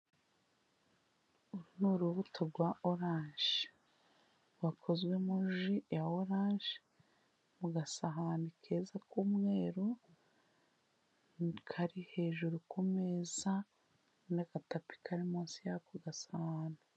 Uru ni urubuto rwa oranje rwakozwemo ji ya oranje mu gasahani keza k'umweru, kari hejuru ku meza n'agatapi kari munsi y'ako gasahani.